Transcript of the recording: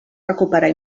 recuperar